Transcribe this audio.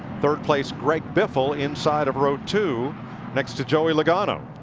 third place greg biffle inside of row two next to joey logano.